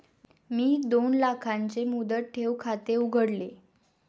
मी दोन लाखांचे मुदत ठेव खाते उघडले